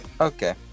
Okay